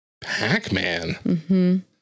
Pac-Man